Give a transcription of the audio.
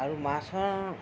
আৰু মাছৰ